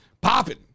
popping